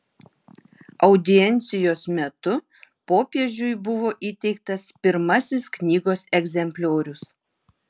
audiencijos metu popiežiui buvo įteiktas pirmasis knygos egzempliorius